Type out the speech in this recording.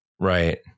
Right